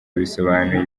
bisobanuye